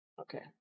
Okay